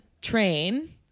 train